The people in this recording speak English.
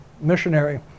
missionary